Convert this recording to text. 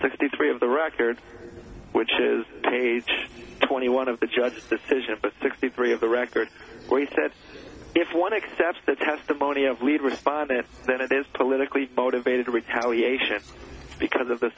sixty three of the record which is page twenty one of the judge's decision but sixty three of the record where he said if one accepts the testimony of lead respondent then it is politically motivated retaliation because of the